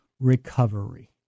Recovery